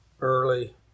early